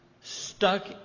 stuck